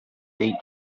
date